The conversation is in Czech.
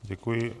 Děkuji.